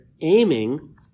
aiming